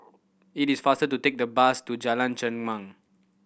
it is faster to take the bus to Jalan Chengam